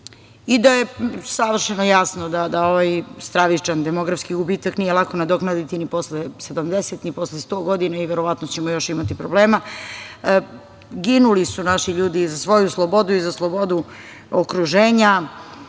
i da je savršeno jasno da ovaj stravičan demografski gubitak nije lako nadoknaditi ni posle 70, ni posle 100 godina i verovatno ćemo još imati problema. Ginuli su naši ljudi i za svoju slobodu i za slobodu okruženja,